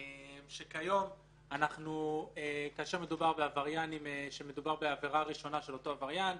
כשכיום כאשר מדובר בעבירה ראשונה של אותו עבריין,